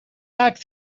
back